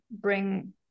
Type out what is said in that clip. bring